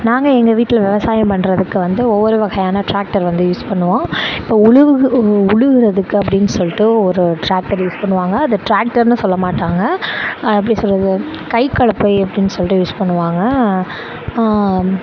நாங்கள் எங்கள் வீட்டில் விவசாயம் பண்ணுறதுக்கு வந்து ஒவ்வொரு வகையான டிராக்டர் வந்து யூஸ் பண்ணுவோம் இப்போ உழுவுகு உ உழுகுறதுக்கு அப்படின் சொல்லிட்டு ஒரு டிராக்டர் யூஸ் பண்ணுவாங்க அதை டிராக்டர்ன்னு சொல்ல மாட்டாங்க எப்படி சொல்லுறது கை கலப்பை அப்படின் சொல்லிட்டு யூஸ் பண்ணுவாங்க